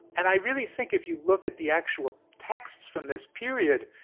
and i really think if you look at the actual texts from this period,